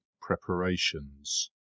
preparations